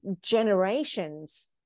generations